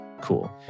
Cool